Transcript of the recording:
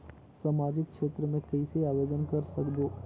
समाजिक क्षेत्र मे कइसे आवेदन कर सकबो?